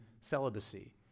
celibacy